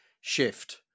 shift